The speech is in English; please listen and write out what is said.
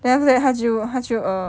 then after that 她就她就 err